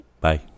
Bye